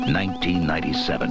1997